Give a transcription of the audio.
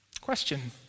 Question